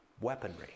weaponry